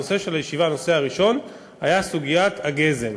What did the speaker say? הנושא הראשון של הישיבה היה סוגיית הגזם,